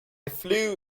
flew